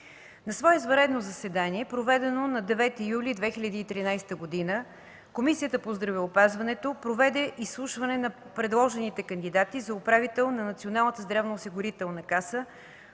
На свое извънредно заседание, проведено на 9 юли 2013 г., Комисията по здравеопазването проведе изслушване на предложените кандидати за управител на Националната здравоосигурителна каса